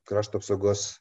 krašto apsaugos